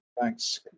Thanks